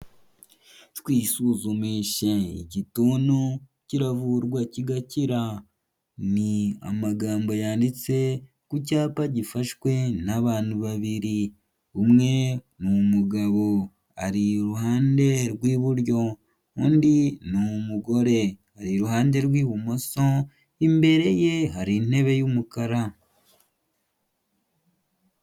Twisuzumishe igituntu kiravurwa kigakira, ni amagambo yanditse ku cyapa gifashwe n'abantu babiri, umwe ni umugabo ari iruhande rw'iburyo, undi ni umugore ari iruhande rw'ibumoso, imbere ye hari intebe y'umukara.